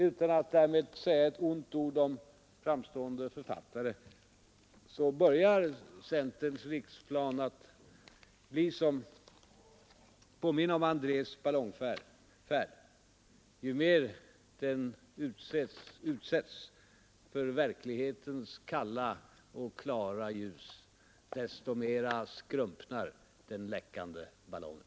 Utan att säga ett ont ord om framstående författare undrar jag om inte centerns riksplan börjar att påminna om Andrées ballongfärd: Ju mer den utsätts för verklighetens kalla och klara ljus desto mera skrumpnar den läckande ballongen.